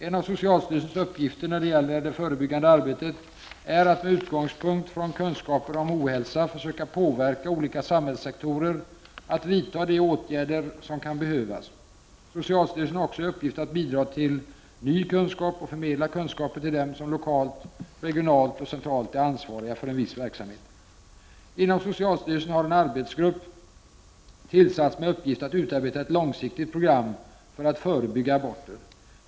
En av socialstyrelsens uppgifter när det gäller det förebyggande arbetet är att med utgångspunkt från kunskaper om ohälsa försöka påverka olika samhällssektorer att vidta de åtgärder som kan behövas. Socialstyrelsen har också i uppgift att bidra till ny kunskap och förmedla kunskaper till dem som lokalt, regionalt och centralt är ansvariga för en viss verksamhet. Inom socialstyrelsen har en arbetsgrupp tillsatts med uppgift att utarbeta ett långsiktigt program för att förebygga aborter.